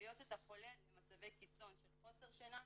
ומביאות את החולה למצבי קיצון של חוסר שינה,